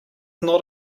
not